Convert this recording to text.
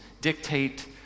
dictate